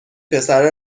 پسره